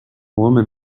woman